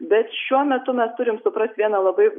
bet šiuo metu mes turim suprast vieną labai